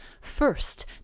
First